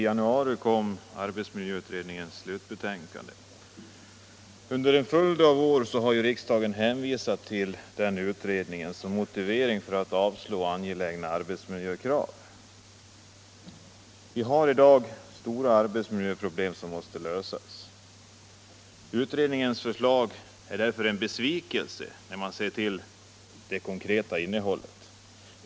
Vi har i dag stora arbetsmiljöproblem som måste lösas. Utredningens förslag är därför en besvikelse när man ser till det konkreta innehållet.